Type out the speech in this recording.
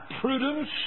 prudence